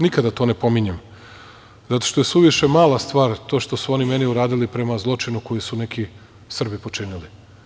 Nikada to ne pominjem, zato što je suviše mala stvar to što su oni meni uradili, prema zločinu koji su neki Srbi počinili.